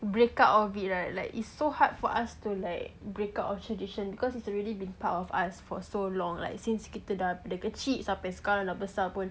break out of it right like it's so hard for us to like break out of tradition because it's already been part of us for so long like since kita kecil sampai sekarang dah besar [pun]